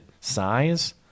size